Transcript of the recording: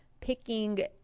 picking